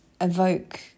evoke